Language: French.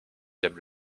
j’aime